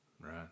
Right